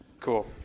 Cool